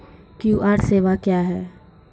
QR सेवा क्या हैं?